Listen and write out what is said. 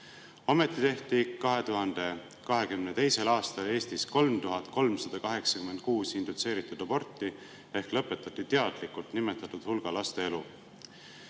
Ometi tehti 2022. aastal Eestis 3386 indutseeritud aborti ehk lõpetati teadlikult nimetatud hulga laste elu.